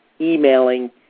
emailing